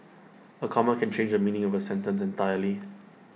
A comma can change the meaning of A sentence entirely